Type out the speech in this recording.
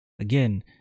Again